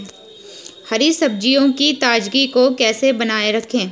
हरी सब्जियों की ताजगी को कैसे बनाये रखें?